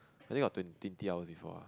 I think got twen~ twenty hours before ah